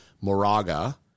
Moraga